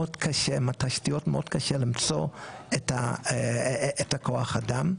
בתשתיות מאוד קשה למצוא את כוח האדם.